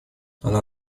она